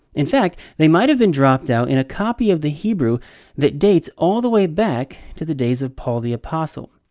in fact, they might have been dropped out in a copy of the hebrew that dates all the way back to the days of paul the apostle.